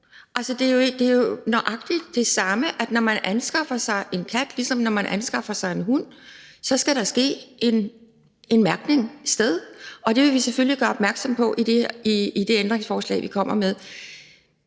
det er jo nøjagtig det samme. Når man anskaffer sig en kat, ligesom når man anskaffer sig en hund, så skal der finde en mærkning sted, og det vil vi selvfølgelig gøre opmærksom på i det ændringsforslag, vi kommer med.